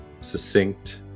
succinct